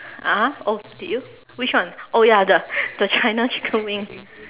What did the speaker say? (uh huh) oh did you which one oh ya the the China chicken wing